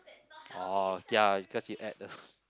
orh ya it's cause you add the